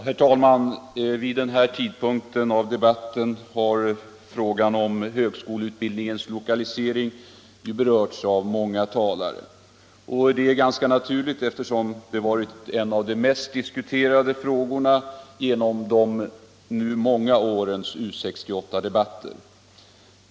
Herr talman! Vid den här tidpunkten av debatten har frågan om högskoleutbildningens lokalisering berörts av många talare. Det är ganska naturligt eftersom det varit en av de mest diskuterade frågorna genom de många årens U 68-debatter.